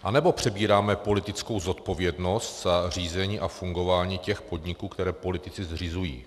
Anebo přebíráme politickou zodpovědnost za řízení a fungování těch podniků, které politici zřizují?